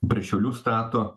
prie šiaulių stato